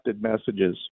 messages